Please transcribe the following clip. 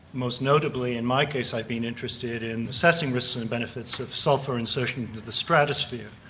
most notably in my case i've been interested in assessing risks and benefits of sulphur insertion into the stratosphere,